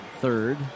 third